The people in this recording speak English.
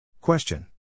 question